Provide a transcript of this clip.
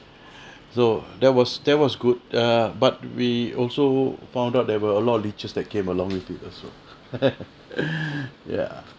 so that was that was good err but we also found out there were a lot of leeches that came along with it also ya